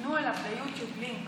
שהפנו אליו ביוטיוב לינק